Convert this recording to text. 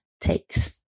takes